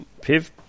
Piv